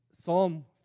Psalm